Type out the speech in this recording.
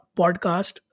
podcast